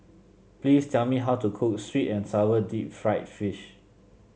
please tell me how to cook sweet and sour Deep Fried Fish